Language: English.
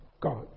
God